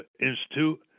institute